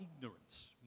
ignorance